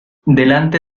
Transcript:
delante